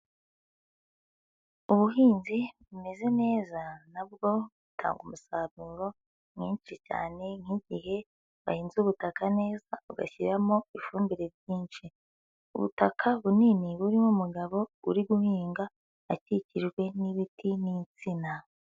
Ubuhinzi bumeze neza nabwo butanga umusaruro mwinshi cyane nk'igihe wahinze ubutaka neza ugashyiramo ifumbire nyinshi, ubutaka bunini burimo umugabo uri guhinga akikijwe n'ibiti n'insina.